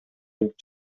өлүп